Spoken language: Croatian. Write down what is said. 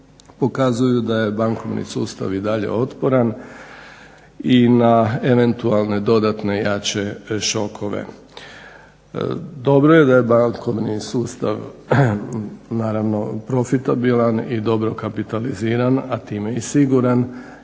pokazuju da je bankovni sustav i dalje otporan i na eventualne dodatne jače šokove. Dobro je da je bankovni sustav naravno profitabilan i dobro kapitaliziran, a time i siguran